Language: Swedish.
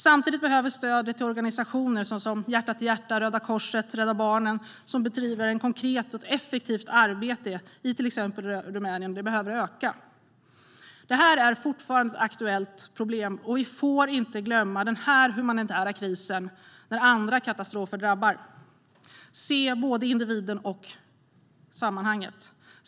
Samtidigt behöver stödet till organisationer som Hjärta till Hjärta, Röda Korset och Rädda Barnen, som bedriver konkret och effektivt arbete i till exempel Rumänien öka. Det här är fortfarande ett aktuellt problem. Vi får inte glömma den här humanitära krisen när andra katastrofer drabbar. Se både individen och sammanhanget!